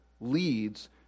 leads